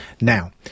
Now